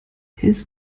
his